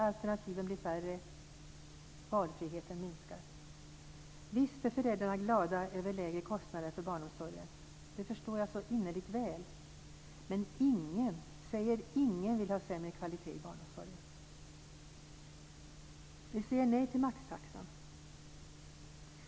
Alternativen blir färre. Valfriheten minskar. Visst är föräldrarna glada över lägre kostnader för barnomsorgen. Det förstår jag så innerligt väl. Men ingen, säger ingen, vill ha sämre kvalitet i barnomsorgen. Vi säger nej till maxtaxan.